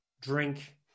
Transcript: drink